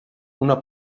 una